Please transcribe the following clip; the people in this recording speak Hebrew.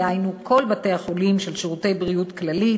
דהיינו כל בתי-החולים של "שירותי בריאות כללית"